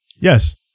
Yes